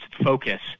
Focus